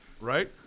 right